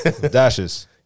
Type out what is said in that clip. Dashes